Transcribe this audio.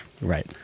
Right